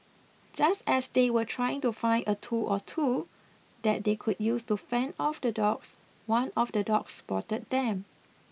just as they were trying to find a tool or two that they could use to fend off the dogs one of the dogs spotted them